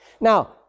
Now